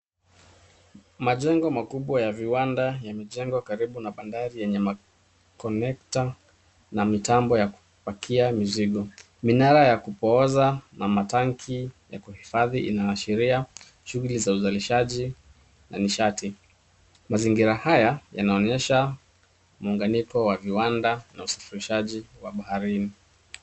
Majengo makubwa ya viwanda yamejengwa karibu na badari yenye connectors na mitando ya kupakia mizigo. Minara ya kupoza na matangi ya kuhifadhi inaashiria shughuli za uzalishaji na nishati. Mazingira haya yanaonyesha muunganiko wa viwanda na usafirishaji wa baharini.